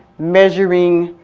measuring,